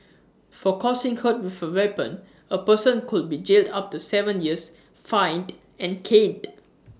for causing hurt with A weapon A person could be jailed up to Seven years fined and caned